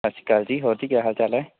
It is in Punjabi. ਸਤਿ ਸ਼੍ਰੀ ਅਕਾਲ ਜੀ ਹੋਰ ਜੀ ਕਿਆ ਹਾਲ ਚਾਲ ਹੈ